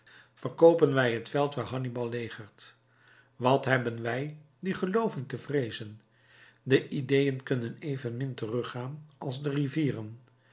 verkoopen wij het veld waar hannibal legert wat hebben wij die gelooven te vreezen de ideeën kunnen evenmin teruggaan als de rivieren